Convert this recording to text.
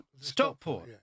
Stockport